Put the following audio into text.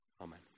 Amen